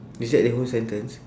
is that the whole sentence